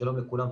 שלום לכולם.